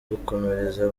gukomereza